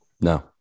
No